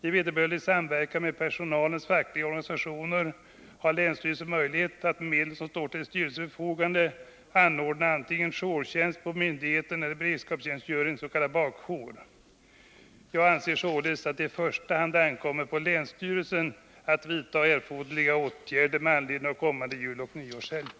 I vederbörlig samverkan med 177 personalens fackliga organisationer har länsstyrelsen möjlighet att med de medel som står till styrelsens förfogande anordna antingen jourtjänst på myndigheten eller beredskapstjänstgöring, s.k. bakjour. Jag anser således att det i första hand ankommer på länsstyrelsen att vidta erforderliga åtgärder med anledning av den kommande juloch nyårshelgen.